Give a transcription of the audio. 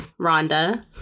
Rhonda